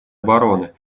обороны